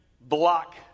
block